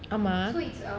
ஆமாம்:aamaam